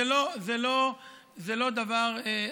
זה לא דבר,